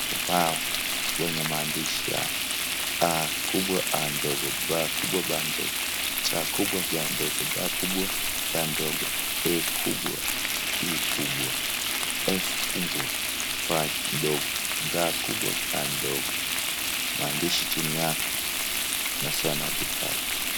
Ubao wenye maandishi ya Aa, Bb,Cc,Dd,Ee, Ff, Gg . Maandishi chini yake inasema Be happy .